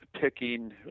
picking